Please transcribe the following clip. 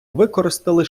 використали